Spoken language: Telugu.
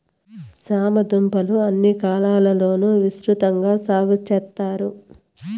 చామ దుంపలు అన్ని కాలాల లోనూ విసృతంగా సాగు చెత్తారు